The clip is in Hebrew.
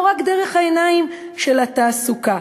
לא רק דרך העיניים של התעסוקה,